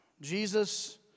Jesus